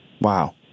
Wow